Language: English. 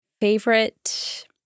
Favorite